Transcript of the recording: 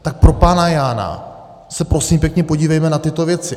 Tak propánajána se prosím pěkně podívejme na tyto věci.